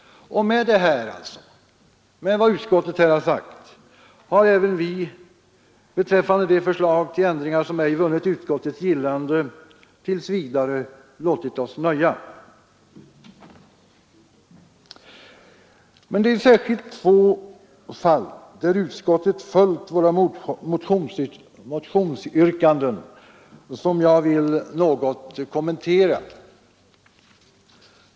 Med vad utskottet här har sagt har även vi beträffande de förslag till ändringar som ej vunnit utskottets gillande tills vidare låtit oss nöja. Det är emellertid särskilt två fall, där utskottet följt våra motionsyrkanden, som jag vill något kommentera.